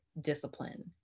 discipline